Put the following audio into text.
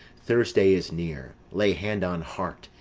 thursday is near lay hand on heart,